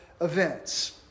events